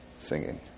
singing